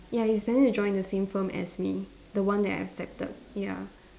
ya he's planning to join the same firm as me the one that I accepted ya